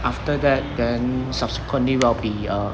after that then subsequently will be uh